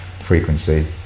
frequency